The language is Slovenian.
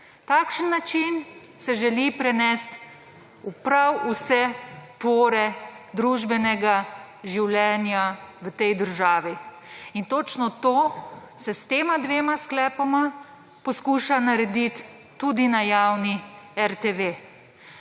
Takšen način se želi prenesti v prav vse pore družbenega življenja v tej državi. In točno to se s tema dvema sklepoma poskuša narediti tudi na javni RTV.